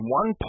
one